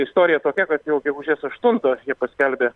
istorija tokia kad jau gegužės aštunto jie paskelbė